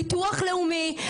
ביטוח לאומי.